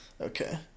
Okay